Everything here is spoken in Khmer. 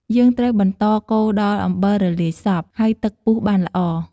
យើងត្រូវបន្តកូរដល់អំបិលរលាយសព្វ ហើយទឹកពុះបានល្អ។